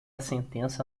sentença